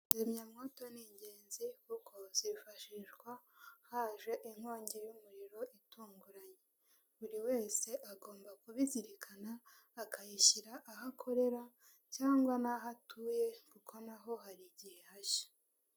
Kizimyamwoto ni ingenzi kuko zifashishwa haje inkongi y'umuriro itunguranye, buri wese agomba kubizirikana akayishyira aho akorera cyangwa n'aho atuye kuko naho hari igihe hashya.